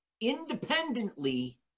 independently